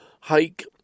hike